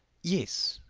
yes.